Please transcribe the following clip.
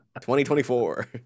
2024